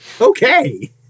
okay